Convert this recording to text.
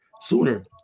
Sooner